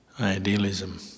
idealism